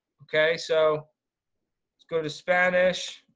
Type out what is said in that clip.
okay, so let's go to spanish.